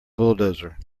bulldozer